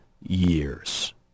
years